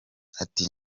ati